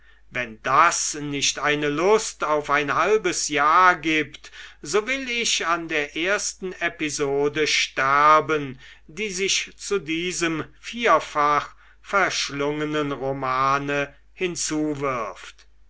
wenn das nicht eine lust auf ein halbes jahr gibt so will ich an der ersten episode sterben die sich zu diesem vierfach verschlungenen romane